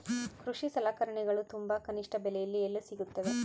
ಕೃಷಿ ಸಲಕರಣಿಗಳು ತುಂಬಾ ಕನಿಷ್ಠ ಬೆಲೆಯಲ್ಲಿ ಎಲ್ಲಿ ಸಿಗುತ್ತವೆ?